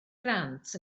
grant